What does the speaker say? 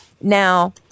Now